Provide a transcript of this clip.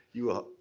you will,